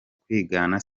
kwigana